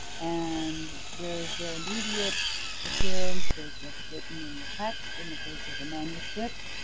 and there's their immediate appearance, there's what's written in the text in the case of a manuscript.